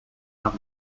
have